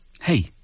Hey